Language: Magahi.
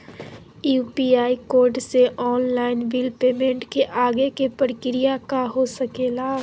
यू.पी.आई कोड से ऑनलाइन बिल पेमेंट के आगे के प्रक्रिया का हो सके ला?